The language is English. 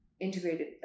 integrated